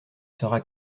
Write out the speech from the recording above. sera